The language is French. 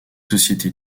sociétés